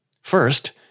First